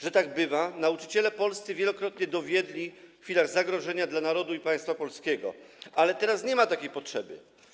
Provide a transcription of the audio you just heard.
Że tak bywa, nauczyciele polscy wielokrotnie dowiedli w chwilach zagrożenia narodu i państwa polskiego, ale teraz nie ma takiej potrzeby.